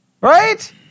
right